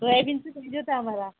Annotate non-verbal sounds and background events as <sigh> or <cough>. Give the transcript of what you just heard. सोयाबीनचं <unintelligible> आहे आम्हाला